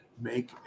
make